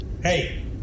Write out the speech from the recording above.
Hey